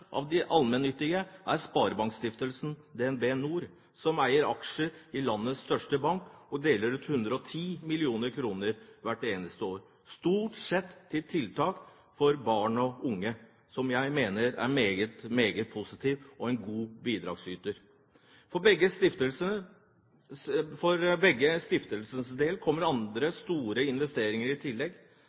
av de allmennyttige er Sparebankstiftelsen DnB NOR, som eier aksjer i landets største bank og deler ut 110 mill. kr hvert eneste år, stort sett til tiltak for barn og unge, og som jeg mener er en meget positiv og god bidragsyter. For begge stiftelsenes del kommer andre store investeringer i tillegg.